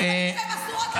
כי הפנים שלהם אסורות לפרסום.